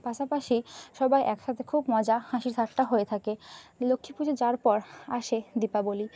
পাশাপাশি সবাই একসাথে খুব মজা হাসিঠাট্টা হয়ে থাকে লক্ষ্মী পুজো যাওয়ার পর আসে দীপাবলি